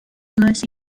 mercy